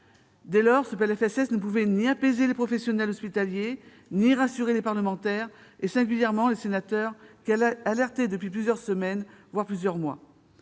Dès lors, ce PLFSS ne pouvait ni apaiser les professionnels hospitaliers ni rassurer les parlementaires, singulièrement les sénateurs, qui alertaient depuis plusieurs semaines, voire plusieurs mois.